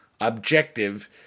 objective